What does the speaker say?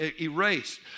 erased